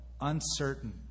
uncertain